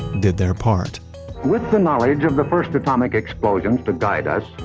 did their part with the knowledge of the first atomic explosions to guide us,